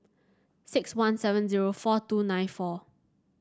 six one seven zero four two nine four